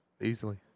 Easily